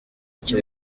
icyo